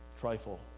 trifle